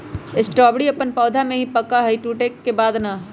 strawberry अपन पौधा में ही पका हई टूटे के बाद ना